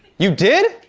you did?